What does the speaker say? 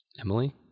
emily